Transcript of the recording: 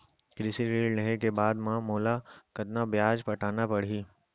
कृषि ऋण लेहे के बाद म मोला कतना ब्याज पटाना पड़ही?